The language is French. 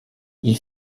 ils